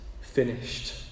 finished